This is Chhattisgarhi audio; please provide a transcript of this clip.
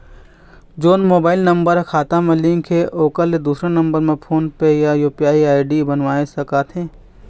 जोन मोबाइल नम्बर हा खाता मा लिन्क हे ओकर ले दुसर नंबर मा फोन पे या यू.पी.आई आई.डी बनवाए सका थे?